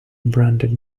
branded